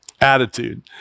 attitude